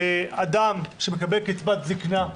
אדם שמקבל קצבת זקנה,